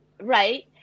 right